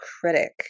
critic